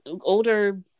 older